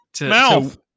mouth